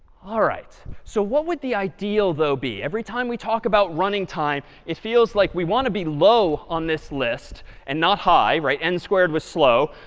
all right, so what would the ideal, though, be? every time we talk about running time, it feels like we want to be low on this list and not high. n squared was slow.